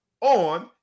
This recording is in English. on